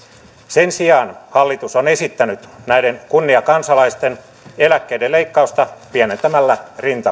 sen sijaan hallitus on esittänyt näiden kunniakansalaisten eläkkeiden leikkausta pienentämällä rintamalisää kysyn